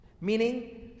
Meaning